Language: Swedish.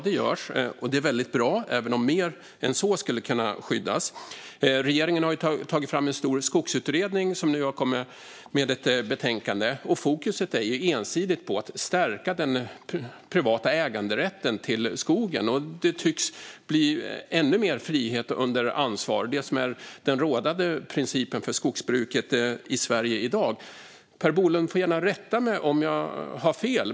Det är väldigt bra, även om mer än så skulle kunna skyddas. Regeringen har tagit fram en stor skogsutredning som nu har kommit med ett betänkande. Fokuset där är ensidigt på att stärka den privata äganderätten till skogen. Det tycks bli ännu mer frihet under ansvar, alltså det som är den rådande principen för skogsbruket i Sverige i dag. Per Bolund får gärna rätta mig om jag har fel.